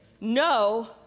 no